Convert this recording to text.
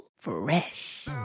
fresh